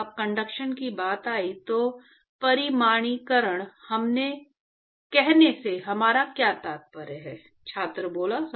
जब कंडक्शन की बात आई तो परिमाणीकरण कहने से हमारा क्या तात्पर्य था